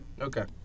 Okay